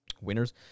winners